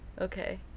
Okay